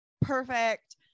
perfect